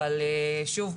אבל שוב,